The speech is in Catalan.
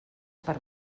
per